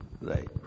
Right